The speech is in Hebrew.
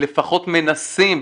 לפחות מנסים,